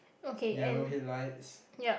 yellow head lights